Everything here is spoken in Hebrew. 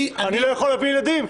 אני לא יכול להביא ילדים.